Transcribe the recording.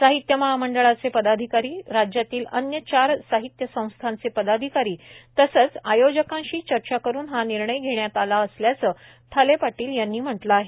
साहित्य महामंडळाचे पदाधिकारी राज्यातील अन्य चार साहित्य संस्थाचे पदाधिकारी तसंच आयोजकांशी चर्चा करुन हा निर्णय घेण्यात आला असल्याचं ठाले पाटील यांनी या निवेदनात म्हटलं आहे